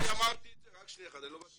אמרתי את זה כדוגמה.